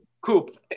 Coop